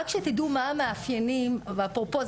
רק שתדעו מה המאפיינים ואפרופו,